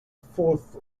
fourth